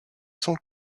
son